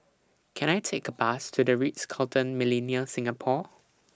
Can I Take A Bus to The Ritz Carlton Millenia Singapore